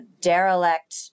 derelict